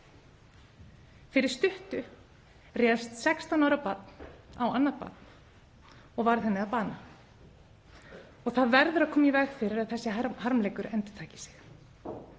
Fyrir stuttu réðst 16 ára barn á annað barn og varð henni að bana. Það verður að koma í veg fyrir að slíkur harmleikur endurtaki sig.